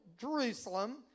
Jerusalem